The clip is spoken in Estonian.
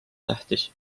tähtis